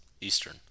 Eastern